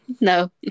No